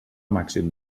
màxim